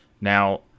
Now